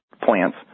plants